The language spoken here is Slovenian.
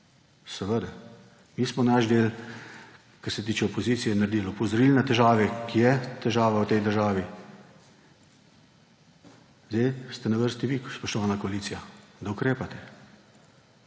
Seveda. Mi smo naš del, kar se tiče opozicije naredili, opozorili na težave, ki je težava v tej državi. Zdaj ste na vrsti vi, spoštovana koalicija, da ukrepate